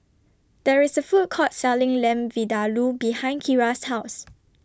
There IS A Food Court Selling Lamb Vindaloo behind Kira's House